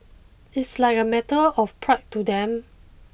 it's like a matter of pride to them